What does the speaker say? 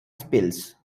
spills